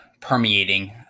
permeating